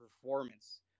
performance